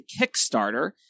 Kickstarter